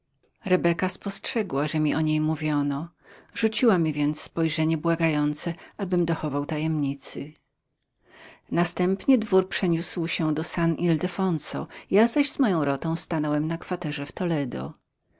spostrzegła że mi o niej mówiono rzuciła mi więc spojrzenie błagające abym dochował tajemnicy następnie dwór przeniósł się do st ildefonso ja zaś z moją rotą stanąłem na kwaterze w toledo